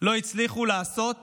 לא הצליחו לעשות